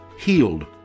healed